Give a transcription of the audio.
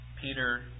Peter